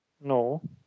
No